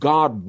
God